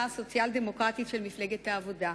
הסוציאל-דמוקרטית של מפלגת העבודה.